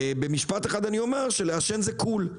כך שיוצא שלעשן זה "קול".